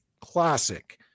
classic